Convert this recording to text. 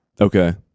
Okay